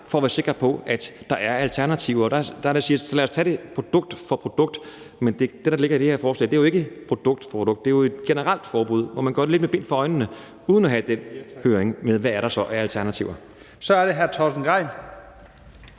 for at være sikre på, at der er alternativer. Og der er det, jeg siger: Lad os tage det produkt for produkt. Men det, der ligger i det her forslag, er jo ikke at tage det produkt for produkt – det er jo et generelt forbud, hvor man går lidt med bind for øjnene uden at have den høring om, hvad der så er af alternativer. Kl. 12:54 Første